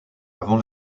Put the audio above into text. avant